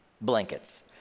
blankets